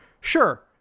Sure